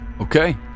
Okay